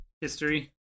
History